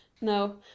No